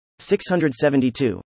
672